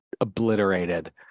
obliterated